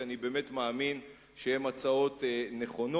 כי אני באמת מאמין שהן הצעות נכונות,